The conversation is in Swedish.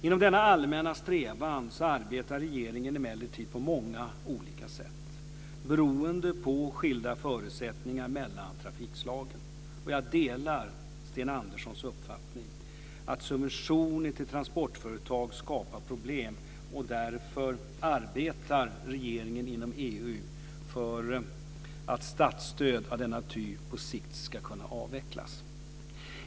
Inom denna allmänna strävan arbetar regeringen emellertid på många olika sätt, beroende på skilda förutsättningar mellan trafikslagen. Jag delar Sten Anderssons uppfattning att subventioner till transportföretag skapar problem, och därför arbetar regeringen inom EU för att statsstöd av denna typ på sikt ska kunna avvecklas.